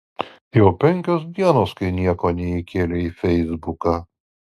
jau penkios dienos kai nieko neįkėlei į feisbuką